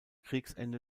kriegsende